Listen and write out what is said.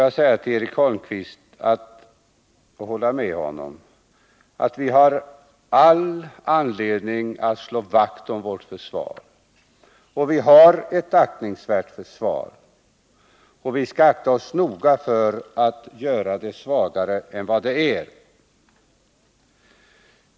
Jag håller med Eric Holmqvist om att vi har all anledning att slå vakt om vårt försvar. Vi har ett aktningsvärt försvar, och vi skall akta oss noga för att göra det svagare än det är.